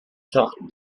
sortes